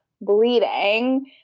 bleeding